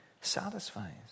satisfies